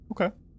Okay